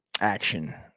action